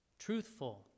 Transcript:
truthful